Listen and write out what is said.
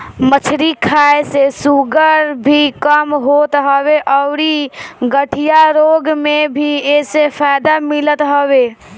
मछरी खाए से शुगर भी कम होत हवे अउरी गठिया रोग में भी एसे फायदा मिलत हवे